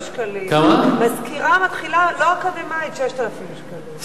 מזכירה מתחילה לא אקדמאית, 6,000 שקלים.